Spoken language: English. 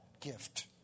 gift